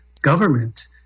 government